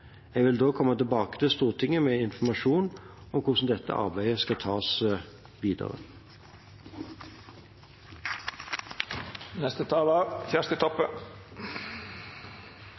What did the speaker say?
Jeg vil da komme tilbake til Stortinget med informasjon om hvordan dette arbeidet skal tas